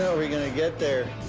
so are we gonna get there?